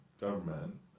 government